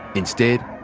instead,